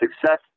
success